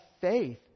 faith